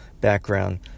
background